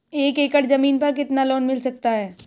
एक एकड़ जमीन पर कितना लोन मिल सकता है?